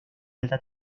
alta